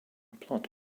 plot